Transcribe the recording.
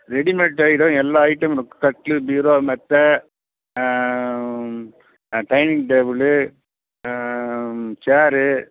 readymade item எல்லா ஐட்டமும் இருக்குது கட்லு பீரோ மெத்தை டைனிங் டேபுளு சேரு